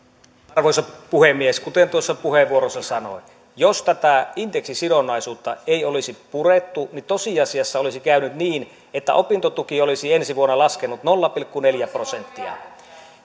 arvoisa puhemies kuten tuossa puheenvuorossani sanoin niin jos tätä indeksisidonnaisuutta ei olisi purettu tosiasiassa olisi käynyt niin että opintotuki olisi ensi vuonna laskenut nolla pilkku neljä prosenttia